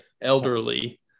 elderly